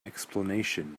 explanation